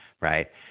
right